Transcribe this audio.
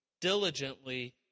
diligently